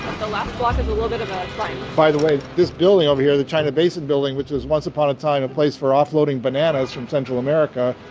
um ah by the way, this building over here, the china basin building, which was once upon a time a place for offloading bananas from central america,